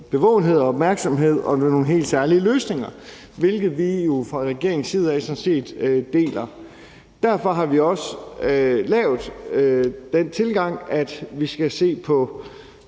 bevågenhed og opmærksomhed og nogle helt særlige løsninger, hvilket vi fra regeringens side sådan set er enige i. Derfor har vi også den tilgang, at vi skal se på